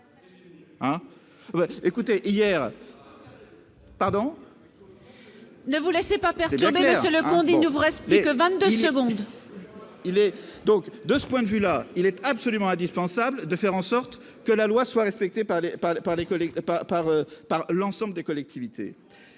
M. Leconte a la parole. Il est absolument indispensable de faire en sorte que la loi soit respectée par l'ensemble des collectivités.